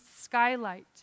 skylight